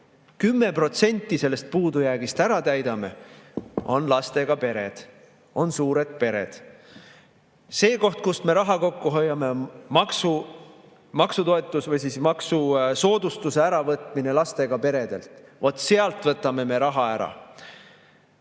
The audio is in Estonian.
10% sellest puudujäägist ära täidame, on lastega pered, on suured pered. See koht, kust me raha kokku hoiame, on maksusoodustuse äravõtmine lastega peredelt. Vot sealt võtame me raha ära.